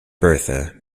bertha